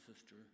sister